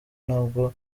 ntabwo